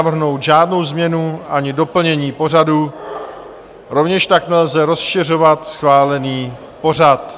Nelze navrhnout žádnou změnu ani doplnění pořadu, rovněž tak nelze rozšiřovat schválený pořad.